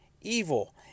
evil